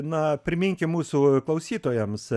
na priminkim mūsų klausytojams